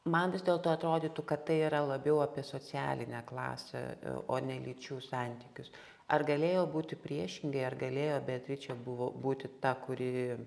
man vis dėlto atrodytų kad tai yra labiau apie socialinę klasę o ne lyčių santykius ar galėjo būti priešingai ar galėjo beatričė buvo būti ta kuri